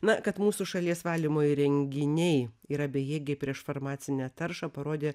na kad mūsų šalies valymo įrenginiai yra bejėgiai prieš farmacinę taršą parodė